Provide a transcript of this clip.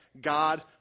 God